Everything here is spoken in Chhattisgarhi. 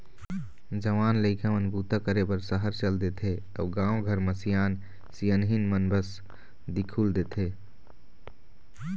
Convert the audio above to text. जवान लइका मन बूता करे बर सहर चल देथे अउ गाँव घर म सियान सियनहिन मन बस दिखउल देथे